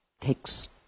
takes